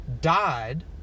died